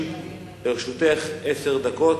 לרשותך עשר דקות.